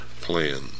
plan